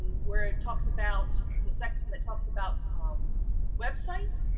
where it talks about, the section that talks about um websites.